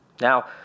now